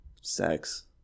Sex